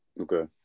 Okay